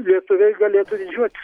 lietuviai galėtų didžiuotis